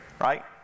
Right